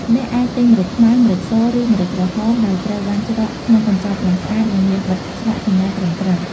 អ្នកអាចទិញម្រេចខ្មៅ ម្រេចស ឬម្រេចក្រហម ដែលត្រូវបានច្រកក្នុងកញ្ចប់យ៉ាងស្អាត និងមានបិទស្លាកសញ្ញាត្រឹមត្រូវ។